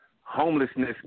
homelessness